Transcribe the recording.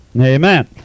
Amen